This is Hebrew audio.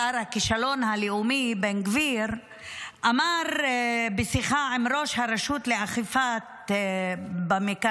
שר הכישלון הלאומי בן גביר אמר בשיחה עם ראש הרשות לאכיפה במקרקעין,